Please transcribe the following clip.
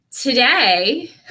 today